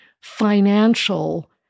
financial